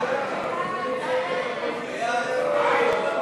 סעיף 41, רשות ממשלתית למים,